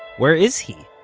where is he?